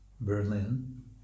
Berlin